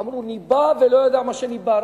אמרו: ניבא ולא ידע מה שניבא.